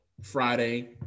Friday